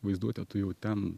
vaizduotę tu jau ten